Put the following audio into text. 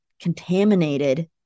contaminated